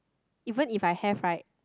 even if I have right